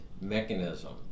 mechanism